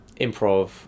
improv